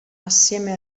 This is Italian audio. assieme